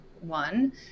one